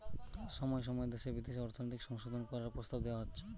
সময় সময় দেশে বিদেশে অর্থনৈতিক সংশোধন করার প্রস্তাব দেওয়া হচ্ছে